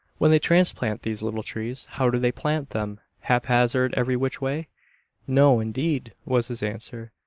when they transplant these little trees how do they plant them, haphazard, every-which-way? no, indeed, was his answer,